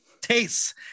Taste